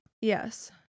yes